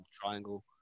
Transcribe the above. Triangle